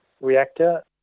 reactor